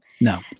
No